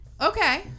Okay